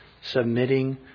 submitting